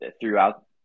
throughout